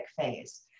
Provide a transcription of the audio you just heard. phase